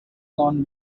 lawn